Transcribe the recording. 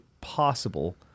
possible